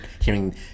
hearing